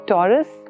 Taurus